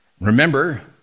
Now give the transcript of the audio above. Remember